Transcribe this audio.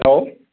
hello